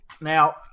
Now